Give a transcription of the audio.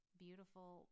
Beautiful